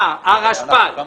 הרשפ"ת.